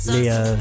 Leo